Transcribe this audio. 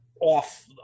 off